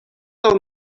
del